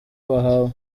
bahawe